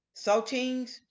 saltines